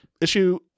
issue